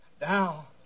Now